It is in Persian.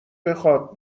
بخواد